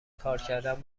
کارکردن